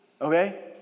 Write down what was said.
okay